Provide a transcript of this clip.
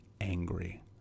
angry